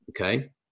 okay